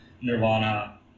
Nirvana